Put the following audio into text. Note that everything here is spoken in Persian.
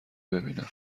ببینم